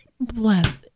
Bless